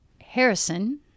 Harrison